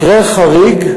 מקרה חריג,